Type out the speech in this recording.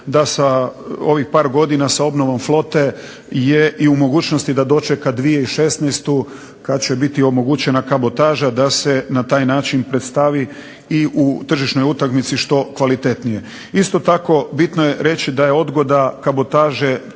da sa ovih par godina sa obnovom flote je i u mogućnosti da dočeka 2016. kad će biti omogućena kabotaža da se na taj način predstavi i u tržišnoj utakmici što kvalitetnije. Isto tako bitno je reći da je odgoda kabotaže